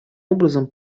образом